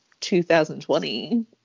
2020